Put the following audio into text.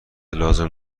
لازم